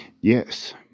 Yes